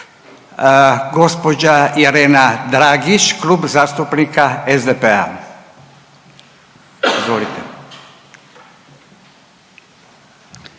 Gđa Irena Dragić, Klub zastupnika SDP-a, izvolite.